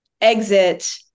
exit